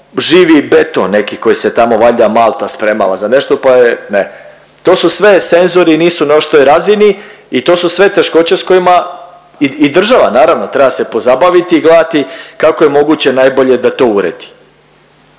živi beton neki koji se tamo valjda malta spremala za nešto pa je, ne. To su sve senzori nisu na oštroj razini i to su sve teškoće s kojima i država naravno, treba se pozabaviti i gledati kako je moguće najbolje da to uredi.